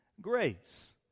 grace